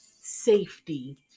safety